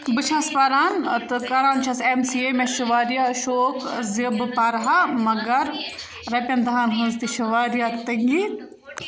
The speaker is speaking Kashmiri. بہٕ چھَس پَران تہٕ کَران چھَس اٮ۪م سی اے مےٚ چھُ واریاہ شوق زِ بہٕ پَرٕ ہا مَگر رۄپین دَہَن ہٕنٛز تہٕ چھِ واریاہ تٔنٛگی